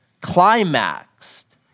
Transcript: climaxed